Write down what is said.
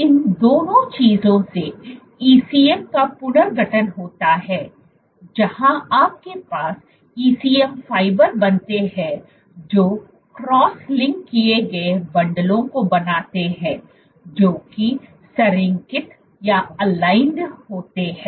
इन दोनों चीजों से ECM का पुनर्गठन होता है जहां आपके पास ECM फाइबर बनते हैं जो क्रॉस लिंक किए गए बंडलों को बनाते हैं जो कि संरेखित होते हैं